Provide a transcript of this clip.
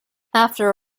after